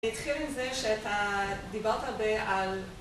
להתחיל עם זה שאתה דיברת הרבה על.